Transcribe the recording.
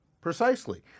Precisely